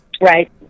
right